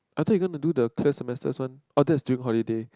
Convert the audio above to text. I thought you're gonna do the quest semester's one oh that is dream holiday